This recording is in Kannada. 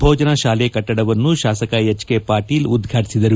ಭೋಜನ ಶಾಲೆ ಕಟ್ಟಡವನ್ನು ಶಾಸಕ ಎಚ್ ಕೆ ಪಾಟೀಲ ಉದ್ವಾಟಿಸಿದರು